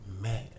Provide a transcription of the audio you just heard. mad